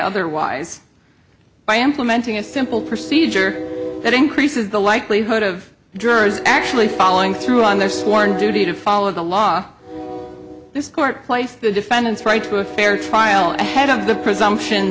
otherwise by implementing a simple procedure that increases the likelihood of jurors actually following through on their sworn duty to follow the law this court placed the defendant's right to a fair trial and head of the presumption